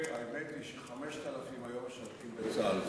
האמת היא ש-5,000 היום משרתים בצה"ל.